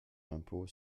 l’impôt